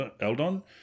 Eldon